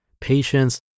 patience